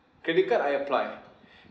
credit card I apply